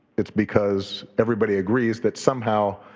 it's because everybody agrees that somehow,